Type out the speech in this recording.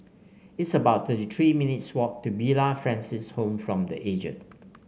it's about thirty three minutes' walk to Villa Francis Home for The Aged